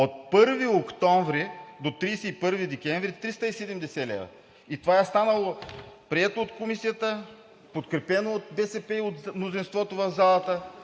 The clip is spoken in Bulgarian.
от 1 октомври до 31 декември – 370 лв.“ Това е прието от Комисията, подкрепено от БСП и от мнозинството в залата.